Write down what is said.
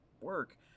work